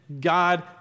God